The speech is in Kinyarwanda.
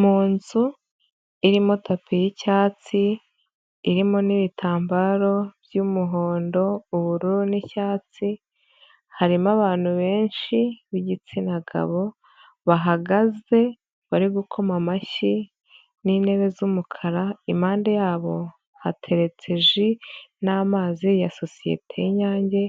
Mu nzu irimo tapi y'icyatsi irimo n'ibitambaro by'umuhondo, ubururu n'icyatsi harimo abantu benshi b'igitsina gabo bahagaze bari gukoma amashyi n'intebe z'umukara, impande yabo hateretse ji n'amazi ya sosiyete y'Inyange,